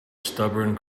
stubborn